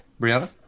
Brianna